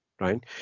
right